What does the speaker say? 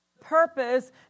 purpose